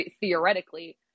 theoretically